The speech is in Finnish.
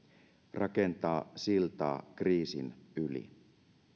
rakentaa siltaa kriisin yli